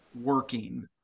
working